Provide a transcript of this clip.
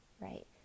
right